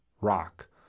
rock